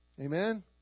Amen